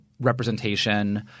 representation